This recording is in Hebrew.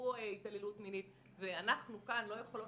עברו התעללות מינית ואנחנו כאן לא יכולות